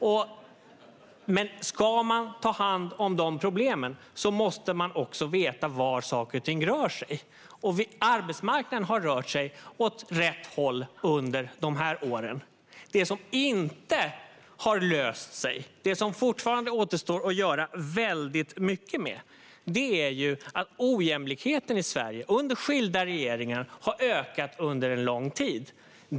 Om man ska ta hand om dessa problem måste man veta vart saker och ting rör sig, och arbetsmarknaden har rört sig åt rätt håll under dessa år. Det som inte har löst sig och som det fortfarande återstår mycket att göra åt är att ojämlikheten i Sverige, under skilda regeringar, har ökat under lång tid.